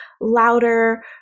louder